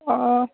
अ